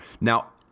now